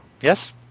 Yes